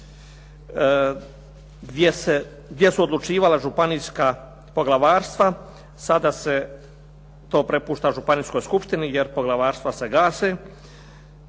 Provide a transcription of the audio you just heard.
gdje su odlučivala županijska poglavarstva, sada se to prepušta županijskog skupštini jer poglavarstva se gase,